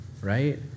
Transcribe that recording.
right